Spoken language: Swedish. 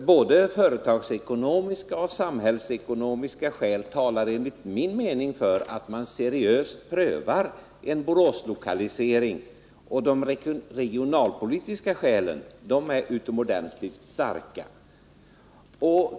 Både företagsekonomiska och samhällsekonomiska skäl talar enligt min mening för att man seriöst prövar en Boråslokalisering, och de regionalpolitiska skälen härför är utomordentligt starka.